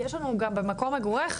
יש לנו גם במקום מגוריך,